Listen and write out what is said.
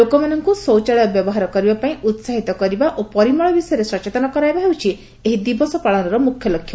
ଲୋକମାନଙ୍ଙ୍ ଶୌଚାଳୟ ବ୍ୟବହାର କରିବାପାଇଁ ଉହାହିତ କରିବା ଓ ପରିମଳ ବିଷୟରେ ସଚେତନ କରାଇବା ହେଉଛି ଏହି ଦିବସ ପାଳନର ମୂଳ ଲକ୍ଷ୍ୟ